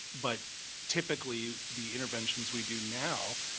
but typically, the interventions we do now,